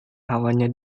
hawanya